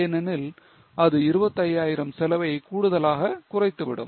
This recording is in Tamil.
ஏனெனில் அது 25000 செலவை கூடுதலாக குறைத்து விடும்